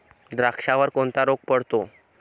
द्राक्षावर कोणता रोग पडतो?